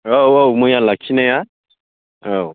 औ औ मैया लाखिनाया औ